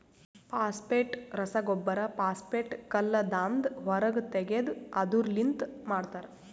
phosphate ರಸಗೊಬ್ಬರ phosphate ಕಲ್ಲದಾಂದ ಹೊರಗ್ ತೆಗೆದು ಅದುರ್ ಲಿಂತ ಮಾಡ್ತರ